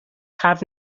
have